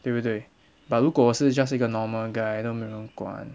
对不对 but 如果我是 just 一个 normal guy 都没有人管